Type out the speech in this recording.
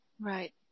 Right